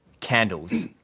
Candles